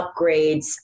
upgrades